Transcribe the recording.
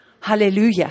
Hallelujah